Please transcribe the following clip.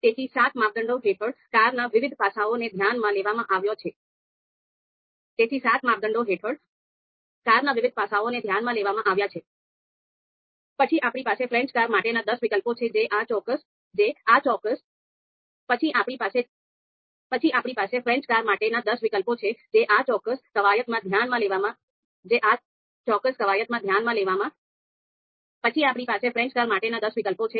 તેથી સાત માપદંડો હેઠળ કારના વિવિધ પાસાઓને ધ્યાનમાં લેવામાં આવ્યા છે